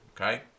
okay